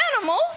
animals